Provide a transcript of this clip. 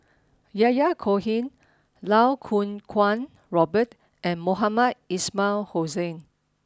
Yahya Cohen Lau Kuo Kwong Robert and Mohamed Ismail Hussain